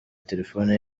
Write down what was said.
telephone